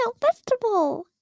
festival